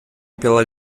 pela